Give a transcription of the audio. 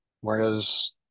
whereas